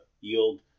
yield